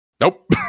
Nope